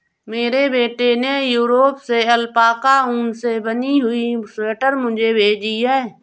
मेरे बेटे ने यूरोप से अल्पाका ऊन से बनी हुई स्वेटर मुझे भेजी है